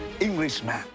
Englishman